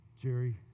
Jerry